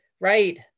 right